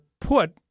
put